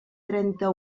trenta